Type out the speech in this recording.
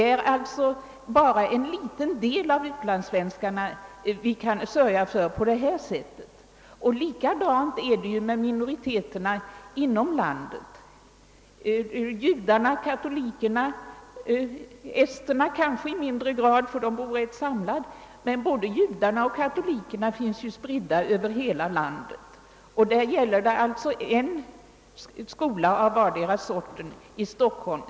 Det är alltså bara en liten del av utlandsvenskarna som vi kan sörja för på detta sätt. Detsamma gäller minoriteterna inom landet. Både judar och katoliker — ester kanske i mindre grad, ty de bor ganska samlade — finns spridda över hela landet, och för dem är det alltså fråga om en skola för vardera gruppen i Stockholm.